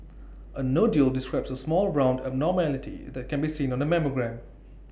A nodule describes A small round abnormality that can be seen on A mammogram